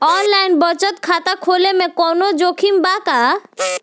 Online बचत खाता खोले में कवनो जोखिम बा का?